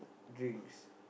drinks